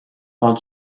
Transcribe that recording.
par